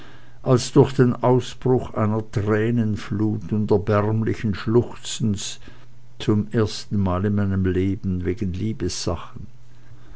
als durch den ausbruch einer tränenflut und erbärmlichen schluchzens zum ersten mal in meinem leben wegen